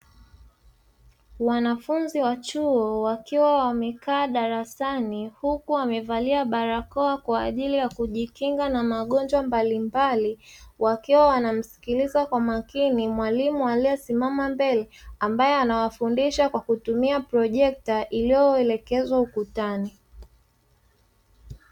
Wanafunzi wa chuo wakiwa wamekaa darasani huku wamevalia barakoa kwa ajili ya kujikinga na magonjwa mbalimbali, wakiwa wnamsikiliza kwa makini mwalimu aliyesimama mbele ambaye anawafundisha kwa kutumia projekta, iliyoelekezwa ukutani.